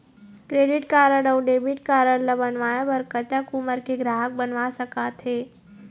Credit card अऊ debit card ला बनवाए बर कतक उमर के ग्राहक बनवा सका थे?